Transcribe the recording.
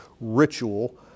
ritual